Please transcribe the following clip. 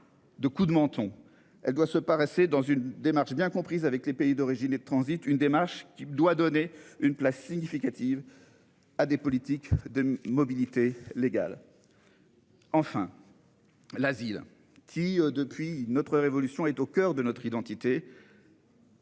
De coups de menton. Elle doit se paraissait dans une démarche bien compris avec les pays d'origine et de transit. Une démarche qui doit donner une place significative. À des politiques de mobilité légale.-- Enfin.-- La ville qui depuis notre révolution est au coeur de notre identité.